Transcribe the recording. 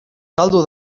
caldo